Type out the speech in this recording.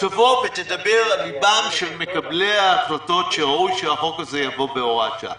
תבוא ותדבר אל ליבם של מקבלי ההחלטות שראוי שהחוק הזה יבוא בהוראת שעה.